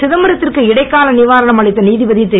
சிதம்பரத்திற்கு இடைக்கால நிவாரணம் அளித்த நீதிபதி திரு